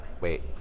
Wait